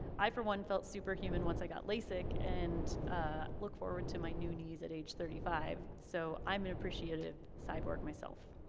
i, for one, felt superhuman once i got lasik and ah look forward to my new knees at age thirty five. so i'm an appreciative cyborg myself.